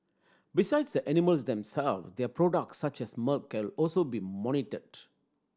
besides the animals themselves their products such as milk will also be monitored